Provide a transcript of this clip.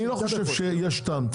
אני לא חושב שיש לזה טעם.